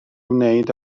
wneud